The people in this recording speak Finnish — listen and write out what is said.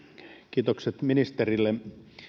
kiitokset ministerille